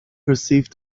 perceived